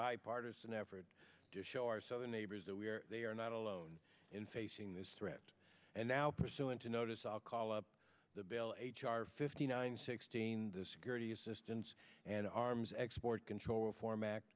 bipartisan effort to show our southern neighbors that we are they are not alone in facing this threat and now pursuant to notice i'll call up the bill h r fifty nine sixteen the security assistance and arms export control reform